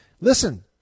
Listen